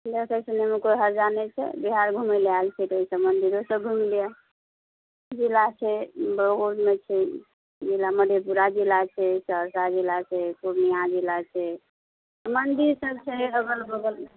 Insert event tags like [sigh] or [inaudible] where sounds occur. देखै सुनैमे कोइ हर्जा नहि छै बिहार घुमै लए आयल छै तऽ ओहि सऽ मन्दिरो सब घुमि लिअ जिला छै [unintelligible] मे छै जिला मधेपुरा जिला छै सहरसा जिला छै पूर्णिया जिला छै मन्दिर सब छै अगल बगल